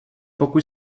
pokud